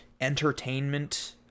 entertainment